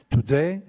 Today